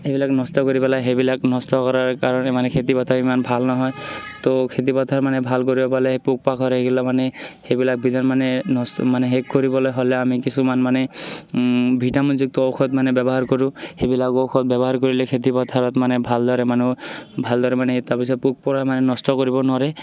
সেইবিলাক নষ্ট কৰি পেলায় সেইবিলাক নষ্ট কৰাৰ কাৰণে মানে খেতিপথাৰ ইমান ভাল নহয় তো খেতিপথাৰ মানে ভাল কৰিব পালে পোক পাখৰে এইগিলা মানে সেইবিলাক ভিতৰ মানে নষ্ট মানে শেষ কৰিবলৈ হ'লে আমি কিছুমান মানে ভিটামিনযুক্ত ঔষধ মানে ব্যৱহাৰ কৰোঁ সেইবিলাক ঔষধ ব্যৱহাৰ কৰিলে খেতিপথাৰত মানে ভালদৰে মানো ভালদৰে মানে তাৰপিছত পোক পৰুৱাই মানে নষ্ট কৰিব নোৱাৰে